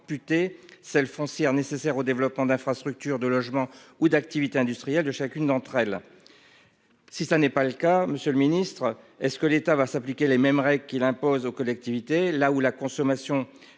celle foncières nécessaires au développement d'infrastructures de logement ou d'activités industrielles de chacune d'entre elles. Si ça n'est pas le cas. Monsieur le ministre, est-ce que l'État va s'appliquer les mêmes règles qu'il impose aux collectivités, là où la consommation